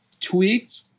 tweaked